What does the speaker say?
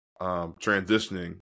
transitioning